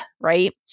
right